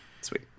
Sweet